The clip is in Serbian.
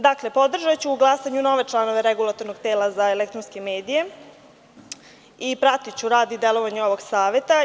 Dakle, podržaću u glasanju nove članove Regulatornog tela za elektronske medije i pratiću rad i delovanje ovog Saveta.